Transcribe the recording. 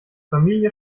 familie